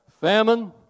famine